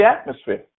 atmosphere